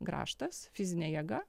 grąžtas fizine jėga